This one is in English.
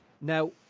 now